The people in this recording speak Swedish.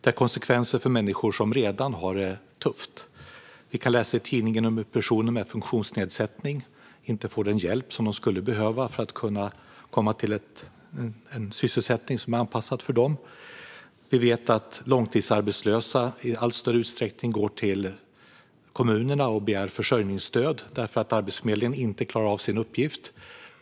Det handlar om människor som redan har det tufft. Vi läser i tidningen att personer med funktionsnedsättning inte får den hjälp de behöver för att kunna komma till en sysselsättning som är anpassad för dem. Vi vet också att långtidsarbetslösa i allt större utsträckning begär försörjningsstöd hos kommunerna eftersom Arbetsförmedlingen inte klarar av sin uppgift.